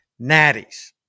natties